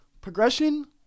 Progression